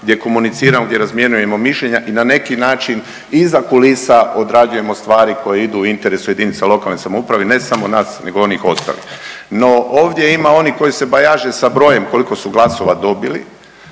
gdje komuniciramo, gdje razmjenjujemo mišljenja i na neki način iza kulisa odrađujemo stvari koje idu u interesu jedinica lokalne samouprave ne samo nas, nego onih ostalih. No, ovdje ima onih koji se bajaže sa brojem koliko su glasova dobili,